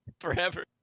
forever